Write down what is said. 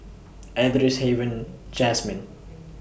Edris Haven Jasmin